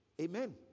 Amen